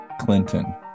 Clinton